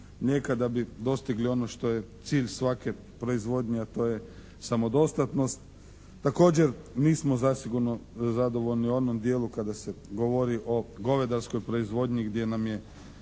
da bi dostigli ono što je cilj svake proizvodnje, a to je samodostatnost. Također nismo zasigurno zadovoljni u onom dijelu kada se govori o govedarskoj proizvodnji gdje nam je